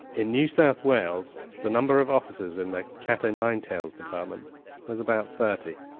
in new south wales the number of officers in the cat-o'-nine tails department was about thirty.